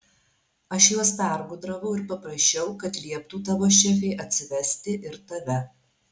aš juos pergudravau ir paprašiau kad lieptų tavo šefei atsivesti ir tave